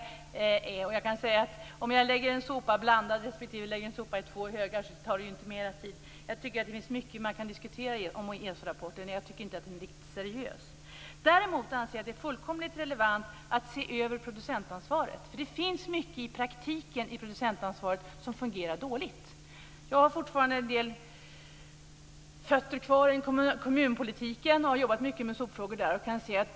Men det tar inte mer tid för mig att lägga en sopa i blandad hög eller i två högar. Det finns mycket som kan diskuteras i ESO-rapporten, och jag tycker inte att den är riktigt seriös. Däremot anser jag att det är fullkomligt relevant att se över producentansvaret. Det finns mycket i praktiken i producentansvaret som fungerar dåligt. Jag har fortfarande en del fötter kvar i kommunalpolitiken och jag har jobbat med en hel del sopfrågor.